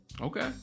Okay